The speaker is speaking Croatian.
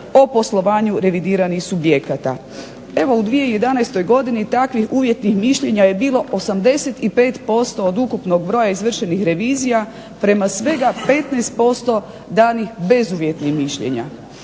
o poslovanju revidiranih subjekata. Evo u 2011. godini takvi uvjeti i mišljenja je bilo 85% od ukupnog broja izvršenih revizija prema svega 15% danih bezuvjetnih mišljenja,